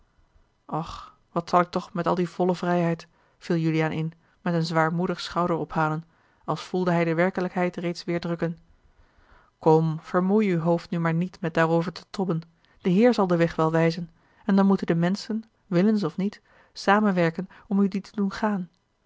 och wat zal ik toch met die volle vrijheid viel juliaan in met een zwaarmoedig schouderophalen als voelde hij de werkelijkheid reeds weêr drukken kom vermoei uw hoofd nu maar niet met daarover te tobben de heer zal den weg wel wijzen en dan moeten de menschen willens of niet samenwerken om u dien te doen gaan